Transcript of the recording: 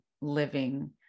living